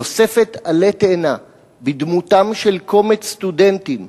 תוספת עלה תאנה בדמותם של קומץ סטודנטים,